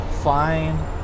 Fine